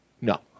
No